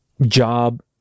job